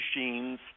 machines